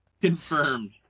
confirmed